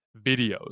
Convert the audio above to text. videos